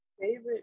favorite